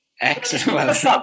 Excellent